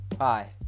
Hi